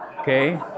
okay